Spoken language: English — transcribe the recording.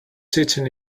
sitting